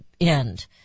end